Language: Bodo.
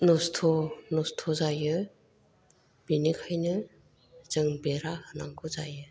नस्त नस्त जायो बिनिखायनो जों बेरा होनांगौ जायो